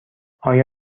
آیا